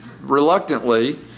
reluctantly